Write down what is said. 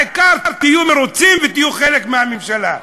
העיקר תהיו מרוצים ותהיו חלק מהממשלה.